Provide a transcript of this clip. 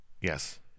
Yes